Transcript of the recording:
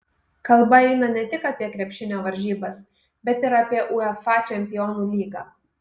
kalba eina ne tik apie krepšinio varžybas bet ir apie uefa čempionų lygą